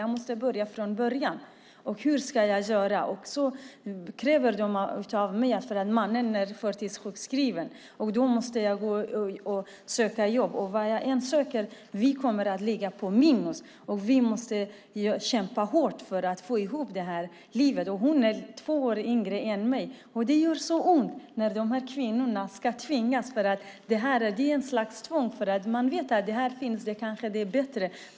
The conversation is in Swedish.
Jag måste börja från början. Hur ska jag göra? Och eftersom mannen är sjukskriven kräver de av mig att jag ska gå och söka jobb. Vad jag än söker kommer vi att ligga på minus, och vi måste kämpa hårt för att få ihop det här livet. Hon är två år yngre än jag. Det gör så ont när de här kvinnorna ska tvingas till detta, för det här är ett slags tvång. Man tänker att det kanske är bättre.